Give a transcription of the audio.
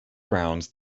grounds